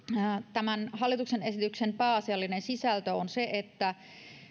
tämän hallituksen esityksen pääasiallinen sisältö on se että